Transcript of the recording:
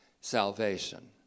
salvation